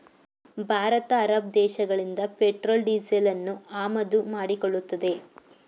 Bharat Arab ದೇಶಗಳಿಂದ petrol ಡೀಸೆಲನ್ನು ಆಮದು ಮಾಡಿಕೊಳ್ಳುತ್ತದೆ